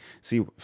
see